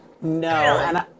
no